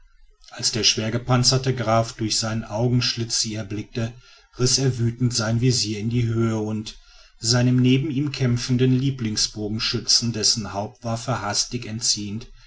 als der schwer gepanzerte graf durch sein augengitter sie erblickte riß er wütend sein visier in die höhe und seinem neben ihm kämpfenden lieblingsbogenschützen dessen hauptwaffe hastig entziehend